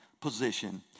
position